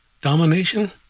domination